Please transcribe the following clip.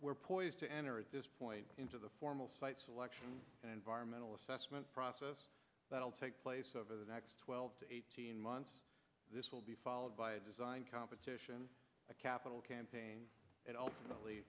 we're poised to enter at this point into the formal site selection and environmental assessment process that will take place over the next twelve to eighteen months this will be followed by a design competition a capital campaign and ultimately